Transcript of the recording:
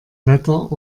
wetter